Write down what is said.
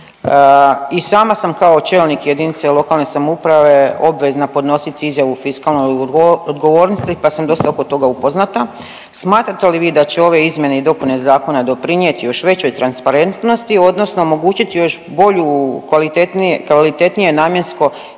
I sama sam kao čelnik jedinice lokalne samouprave obvezna podnositi izjavu fiskalnoj odgovornosti pa sam dosta oko toga upoznata. Smatrate li vi da će ove izmjene i dopune zakona doprinijeti još većoj transparentnosti odnosno omogućiti još bolju, kvalitetnije namjensko i